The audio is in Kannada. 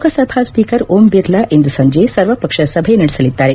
ಲೋಕಸಭಾ ಸ್ಸೀಕರ್ ಓಂ ಬಿರ್ಲಾ ಇಂದು ಸಂಜೆ ಸರ್ವ ಪಕ್ಷ ಸಭೆ ನಡೆಸಲಿದ್ದಾರೆ